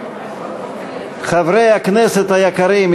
חברי הכנסת היקרים,